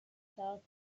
south